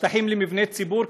שטחים למבני ציבור,